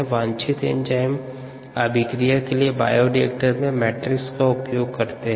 वांछित एंजाइम अभिक्रिया के लिए बायोरिएक्टर में मैट्रिक्स का उपयोग करते हैं